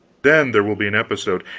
then there will be an episode!